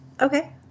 Okay